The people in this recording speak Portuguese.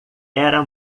era